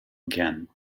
again